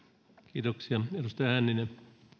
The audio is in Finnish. arvoisa herra